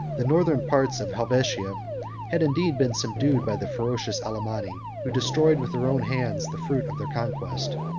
the northern parts of helvetia had indeed been subdued by the ferocious alemanni, who destroyed with their own hands the fruits of their conquest.